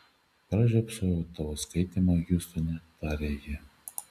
pražiopsojau tavo skaitymą hjustone tarė ji